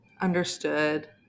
understood